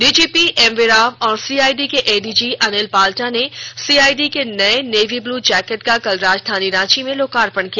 DGP M V Rao और CID के ADG Anil Palta ने सीआईडी के नए नेवी ब्लू जैकेट का कल राजधानी रांची में लोकार्पण किया